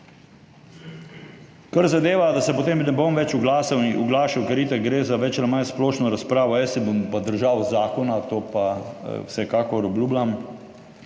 Kar zadeva, da se potem ne bom več oglašal, ker itak gre za več ali manj splošno razpravo, jaz se bom pa držal zakona, to pa vsekakor obljubljam.